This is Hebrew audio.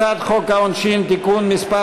הצעת חוק העונשין (תיקון מס'